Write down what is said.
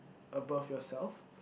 above yourself